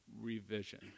revision